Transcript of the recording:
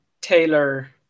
Taylor